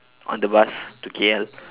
on the bus to K_L